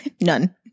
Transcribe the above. none